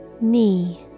knee